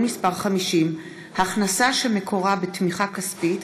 מס' 50) (הכנסה שמקורה בתמיכה כספית),